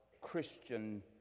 Christian